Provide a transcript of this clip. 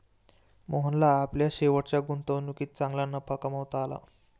मोहनला आपल्या शेवटच्या गुंतवणुकीत चांगला नफा कमावता आला